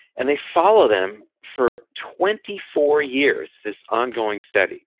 and they follow them for twenty four years, this ongoing study.